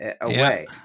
away